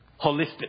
holistic